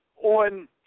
On